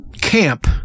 camp